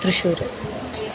Thrissur